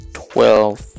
twelve